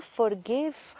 forgive